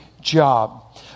job